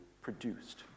produced